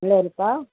मिळेल का